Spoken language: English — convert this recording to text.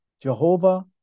Jehovah